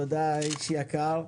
תודה איש יקר.